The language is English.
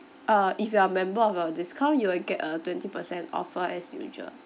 uh if you're a member of our discount you will get a twenty percent offer as usual